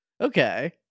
Okay